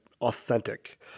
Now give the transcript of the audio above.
authentic